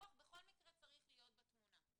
הפיקוח בכל מקרה צריך להיות בתמונה.